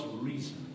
reason